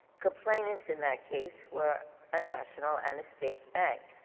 complainants in that case were a national and a state bank.